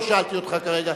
לא שאלתי אותך כרגע.